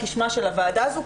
כשמה של הוועדה הזאת,